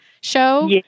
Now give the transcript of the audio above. Show